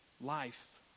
life